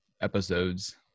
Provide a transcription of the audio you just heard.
episodes